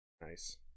nice